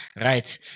Right